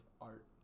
art